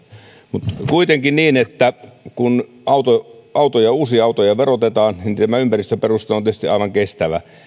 mutta on kuitenkin niin että kun uusia autoja verotetaan niin tämä ympäristöperustelu on tietysti aivan kestävä